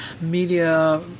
media